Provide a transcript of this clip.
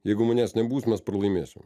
jeigu manęs nebus mes pralaimėsim